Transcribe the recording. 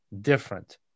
different